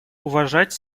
уважать